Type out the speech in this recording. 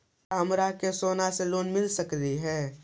का हमरा के सोना से लोन मिल सकली हे?